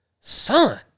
son